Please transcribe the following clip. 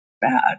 bad